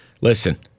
listen